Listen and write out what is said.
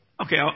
Okay